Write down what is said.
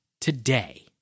today